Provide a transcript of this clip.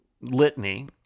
litany